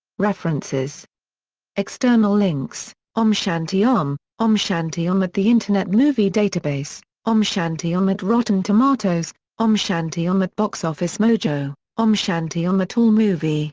references external links om shanti om om shanti om at the internet movie database om shanti om at rotten tomatoes om shanti om at box office mojo om shanti om at allmovie